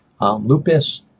lupus